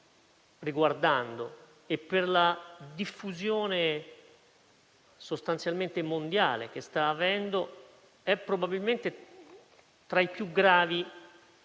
riguardando e per la diffusione sostanzialmente mondiale che sta avendo, è probabilmente tra i più gravi